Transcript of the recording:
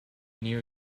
near